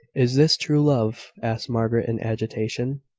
is this true love? asked margaret, in agitation.